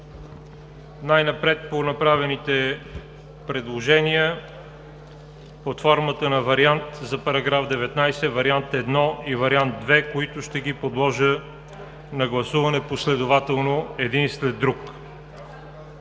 Най-напред по направените предложения под формата на вариант за § 19 – Вариант І и Вариант ІІ, които ще подложа на гласуване последователно един след друг.